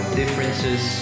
differences